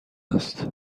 است